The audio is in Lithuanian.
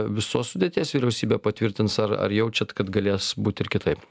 visos sudėties vyriausybę patvirtins ar ar jaučiat kad galės būt ir kitaip